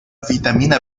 vitamina